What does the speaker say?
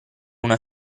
una